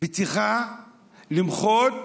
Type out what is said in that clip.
היא צריכה למחות בשיטה: